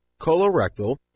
colorectal